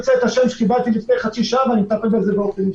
קיבלתי את השם שלו לפני חצי שעה ואני מטפל בזה באופן אישי.